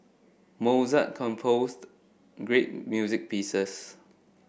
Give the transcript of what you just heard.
Mozart composed great music pieces